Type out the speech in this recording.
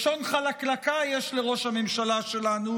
לשון חלקלקה יש לראש הממשלה שלנו,